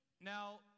Now